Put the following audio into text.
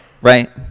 right